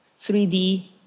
3D